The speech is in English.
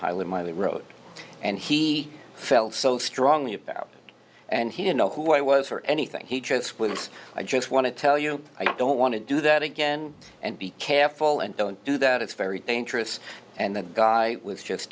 highly miley wrote and he felt so strongly about it and he didn't know who i was or anything he trips with us i just want to tell you i don't want to do that again and be careful and don't do that it's very dangerous and the guy was just